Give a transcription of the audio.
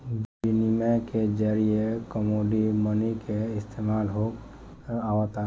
बिनिमय के जरिए कमोडिटी मनी के इस्तमाल होत आवता